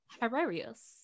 hilarious